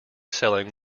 selling